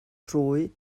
trwy